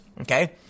Okay